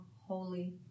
Holy